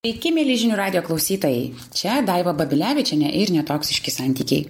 iki mieli žinių radijo klausytojai čia daiva babilevičienė ir netoksiški santykiai